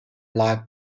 like